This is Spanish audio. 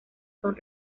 son